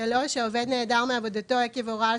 (3)העובד נעדר מעבודתו עקב הוראה על